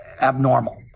abnormal